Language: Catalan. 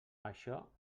això